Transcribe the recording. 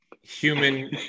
human